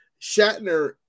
Shatner